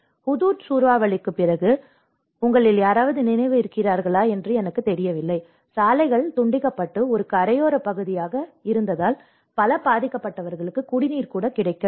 Hudhud சூறாவளிக்குப் பிறகு உங்களில் யாராவது நினைவில் இருக்கிறார்களா என்று எனக்குத் தெரியவில்லை சாலைகள் துண்டிக்கப்பட்டு ஒரு கரையோரப் பகுதியாக இருப்பதால் பல பாதிக்கப்பட்டவர்களுக்கு குடிநீர் கூட கிடைக்கவில்லை